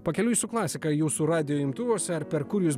pakeliui su klasika jūsų radijo imtuvuose ar per kur jūs